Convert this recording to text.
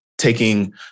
taking